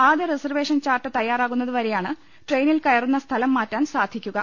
ആദ്യ reservation chart തയ്യാ റാകുന്നതുവരെയാണ് ട്രെയിനിൽ കയറുന്ന സ്ഥലം മാറ്റാൻ സാധിക്കുക